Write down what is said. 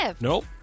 Nope